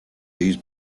these